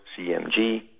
CMG